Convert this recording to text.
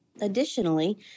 Additionally